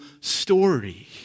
story